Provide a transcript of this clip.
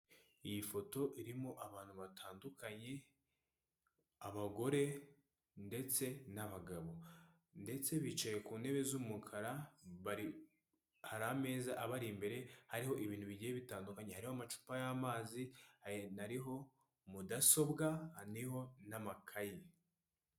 Iyi foto irimo abantu batandukanye abagore ndetse n'abagabo ndetse bicaye ku ntebe z'umukara. Hari ameza abari imbere hariho ibintu bigiye bitandukanye; hari amacupa y'amazi, hanariho mudasobwa, haniho n'amakayi.